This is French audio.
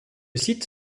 site